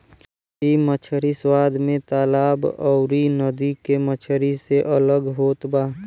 इ मछरी स्वाद में तालाब अउरी नदी के मछरी से अलग होत बा